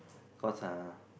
cause uh